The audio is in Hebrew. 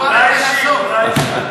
אדוני היושב-ראש,